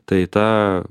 tai ta